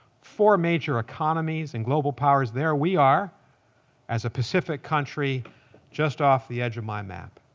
four major economies and global powers. there we are as a pacific country just off the edge of my map.